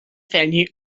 venue